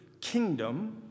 kingdom